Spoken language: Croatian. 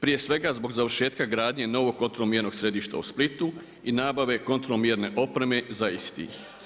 Prije svega zbog završetka gradnje novog … središta u Splitu, i nabave kontrola mjerne opreme za istih.